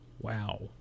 wow